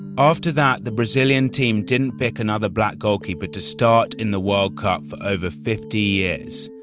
after that, the brazilian team didn't pick another black goalkeeper to start in the world cup for over fifty years,